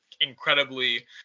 incredibly